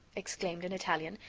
exclaimed an italian,